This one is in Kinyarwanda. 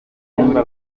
bumva